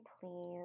please